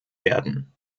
werden